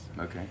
Okay